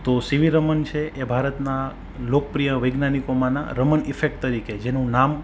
તો સીવી રમન છે એ ભારતના લોકપ્રિય વૈજ્ઞાનિકોમાંના રમન ઇફેક્ટ તરીકે જેનું નામ